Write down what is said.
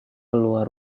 keluar